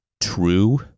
true